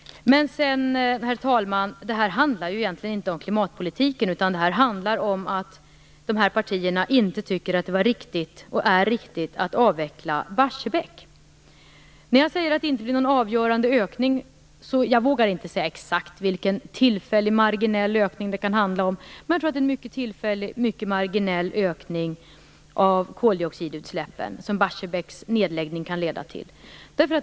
Herr talman! Det här handlar egentligen inte om klimatpolitiken. Detta handlar om att de här partierna inte tycker att det är riktigt att avveckla Barsebäck. Jag säger att det inte blir någon avgörande ökning. Jag vågar inte säga exakt vilken tillfällig marginell ökning det handlar om. Men jag tror att Barsebäcks nedläggningen kan leda till en mycket tillfällig och marginell ökning av koldioxidutsläppen.